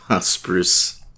Spruce